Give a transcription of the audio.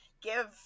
Give